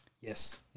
Yes